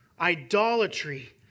idolatry